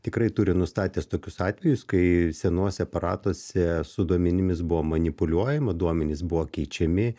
tikrai turi nustatęs tokius atvejus kai senuose aparatuose su duomenimis buvo manipuliuojama duomenys buvo keičiami